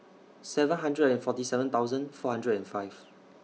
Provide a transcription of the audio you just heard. seven hundred and forty seven thousand four hundred and five